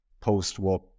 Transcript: post-war